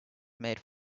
made